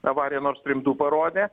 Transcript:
avarija nord stream du parodė